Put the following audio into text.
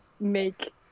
make